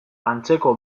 antzeko